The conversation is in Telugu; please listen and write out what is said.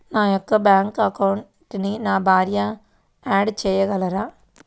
నా యొక్క బ్యాంక్ అకౌంట్కి నా భార్యని యాడ్ చేయగలరా?